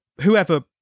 whoever